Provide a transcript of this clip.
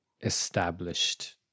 established